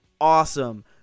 Awesome